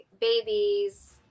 babies